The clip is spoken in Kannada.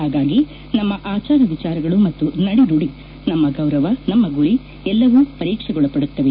ಹಾಗಾಗಿ ನಮ್ಮ ಆಚಾರ ವಿಚಾರಗಳು ಮತ್ತು ನಡೆ ನುಡಿ ನಮ್ಮ ಗೌರವ ನಮ್ಮ ಗುರಿ ಎಲ್ಲವೂ ಪರೀಕ್ಷೆಗೊಳಪಡುತ್ತವೆ